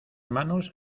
manos